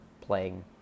playing